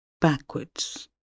backwards